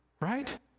right